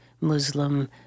Muslim